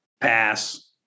Pass